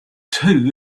two